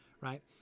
right